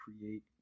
create